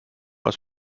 aus